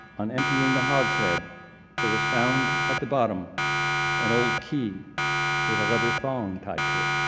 on emptying the hogshead that was found at the bottom and old key with a leather thong tied to it.